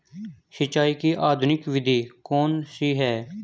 सिंचाई की आधुनिक विधि कौन सी है?